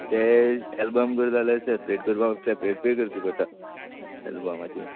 ते एल्बम करता जाल्यार सॅपरेट करपाक सॅपरेट पे करचे पडटा एल्बमाचे